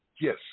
Yes